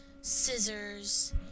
scissors